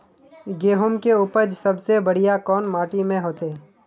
गेहूम के उपज सबसे बढ़िया कौन माटी में होते?